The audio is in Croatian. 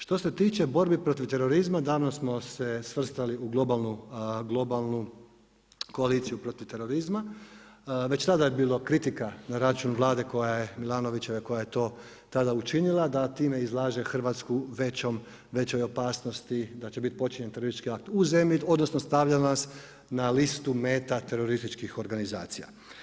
Što se tiče borbi protiv terorizma, danas smo se svrstali u globalnu koaliciju protiv terorizma, već tada je bilo kritika na račun Vlade Milanovićeve koja je to tada učinila, da time izlaže Hrvatsku većom opasnosti, da će biti počinjen teroristički akt u zemlji, odnosno stavlja nas na listu meta terorističkih organizacija.